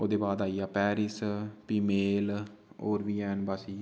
ओह्दे बाद आई गेआ पेरिस फ्ही मेल होर बी हैन बस इ'ऐ